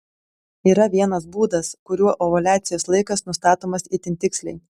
yra vienas būdas kuriuo ovuliacijos laikas nustatomas itin tiksliai